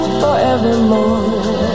forevermore